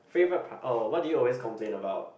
favourite part oh what do you always complain about